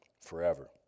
forever